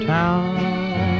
town